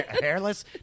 Hairless